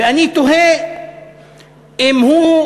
ואני תוהה אם הוא,